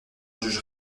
juge